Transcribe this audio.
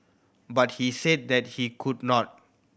but he said that he could not